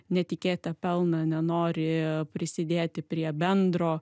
netikėtą pelną nenori prisidėti prie bendro